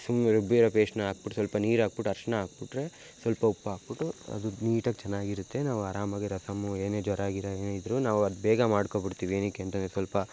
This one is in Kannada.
ಸುಮ್ಮನೆ ರುಬ್ಬಿರೋ ಪೇಸ್ಟ್ನ ಹಾಕ್ಬಿಟ್ ಸ್ವಲ್ಪ ನೀರು ಹಾಕ್ಬಿಟ್ ಅರಿಶ್ಣ ಹಾಕ್ಬುಟ್ರೆ ಸ್ವಲ್ಪ ಉಪ್ಪು ಹಾಕ್ಬುಟ್ಟು ಅದು ನೀಟಾಗಿ ಚೆನ್ನಾಗಿರುತ್ತೆ ನಾವು ಅರಾಮಾಗಿ ರಸಮ್ ಏನೇ ಜ್ವರ ಗಿರ ಏನೇ ಇದ್ರೂ ನಾವು ಅದು ಬೇಗ ಮಾಡ್ಕೋಬಿಡ್ತೀವಿ ಏನಕ್ಕೆ ಅಂತ ಅಂದರೆ ಸ್ವಲ್ಪ